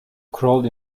crawled